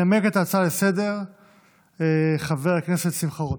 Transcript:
ינמק את ההצעות לסדר-היום חבר הכנסת שמחה רוטמן,